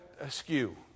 askew